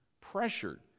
Pressured